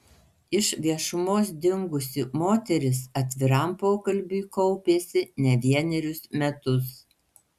iš viešumos dingusi moteris atviram pokalbiui kaupėsi ne vienerius metus